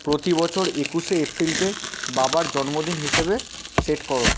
প্রতি বছর একুশে এপ্রিলকে বাবার জন্মদিন হিসেবে সেট করো